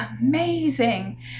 amazing